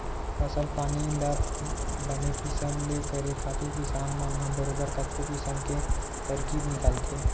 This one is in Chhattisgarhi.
फसल पानी ल बने किसम ले करे खातिर किसान मन ह बरोबर कतको किसम के तरकीब निकालथे